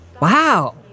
Wow